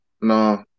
No